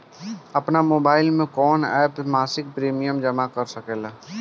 आपनमोबाइल में कवन एप से मासिक प्रिमियम जमा कर सकिले?